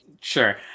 sure